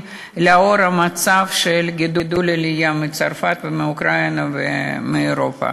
לאור המצב של גידול העלייה מצרפת ומאוקראינה ומאירופה.